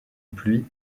pluie